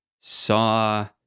saw